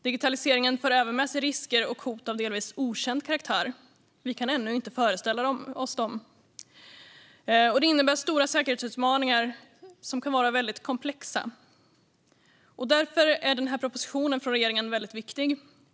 Digitaliseringen för även med sig risker och hot av delvis okänd karaktär. Vi kan ännu inte föreställa oss dem. Det innebär stora säkerhetsutmaningar som kan vara väldigt komplexa. Därför är regeringens proposition viktig.